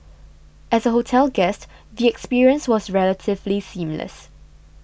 as a hotel guest the experience was relatively seamless